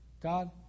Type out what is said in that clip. God